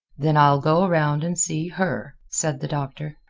then i'll go around and see her, said the doctor.